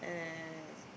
uh